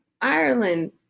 Ireland